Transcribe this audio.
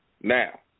Now